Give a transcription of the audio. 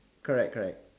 correct correct